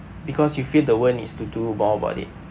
because you feel the world needs to do more about it